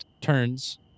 turns